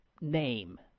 name